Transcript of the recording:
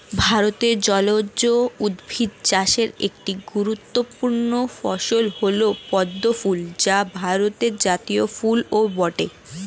ভারতে জলজ উদ্ভিদ চাষের একটি গুরুত্বপূর্ণ ফসল হল পদ্ম ফুল যা ভারতের জাতীয় ফুলও বটে